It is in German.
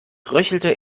röchelte